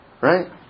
Right